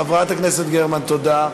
חברת הכנסת גרמן, תודה.